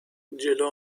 جلو